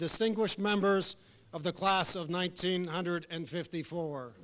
distinguished members of the class of nineteen hundred and fifty four